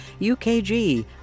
UKG